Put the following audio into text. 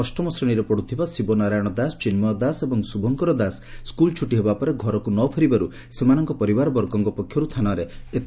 ଅଷ୍ଟମ ଶ୍ରେଶୀରେ ପଢୁଥିବା ଶିବନାରାୟଶ ଦାସ ଚିନ୍ମୟ ଦାସ ଏବଂ ଶୁଭଙ୍କର ଦାସ ସ୍କୁଲ୍ ଛୁଟି ହେବା ପରେ ଘରକୁ ନ ଫେରିବାରୁ ସେମାନଙ୍କ ପରିବାରବର୍ଗଙ୍କ ପକ୍ଷରୁ ଥାନାରେ ଏତଲା ଦିଆଯାଇଛି